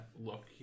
look